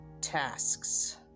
tasks